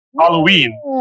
Halloween